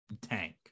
tank